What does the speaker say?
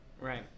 right